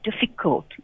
difficult